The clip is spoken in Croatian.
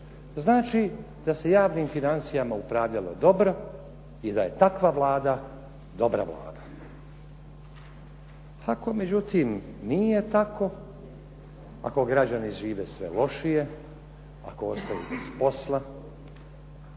znači da se javnim financijama upravljalo dobro i da je takva Vlada dobra vlada. Ako međutim nije tako, ako građani žive sve lošije, ako ostaju bez posla,